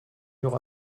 aura